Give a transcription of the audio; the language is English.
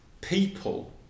people